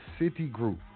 Citigroup